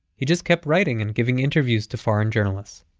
he just kept writing and giving interviews to foreign journalists,